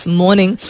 morning